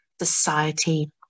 society